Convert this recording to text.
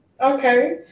Okay